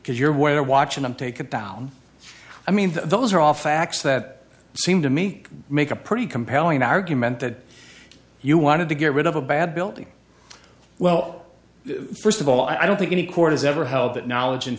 because your way of watching them take it down i mean those are all facts that seem to me make a pretty compelling argument that you wanted to get rid of a bad building well first of all i don't think any court has ever held that knowledge and